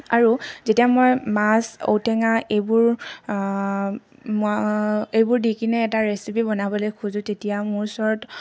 আৰু যেতিয়া মই মাছ ঔটেঙা এইবোৰ এইবোৰ দি কিনে এটা ৰেচিপি বনাবলৈ খোজোঁ তেতিয়া মোৰ ওচৰত